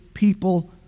people